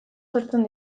sortzen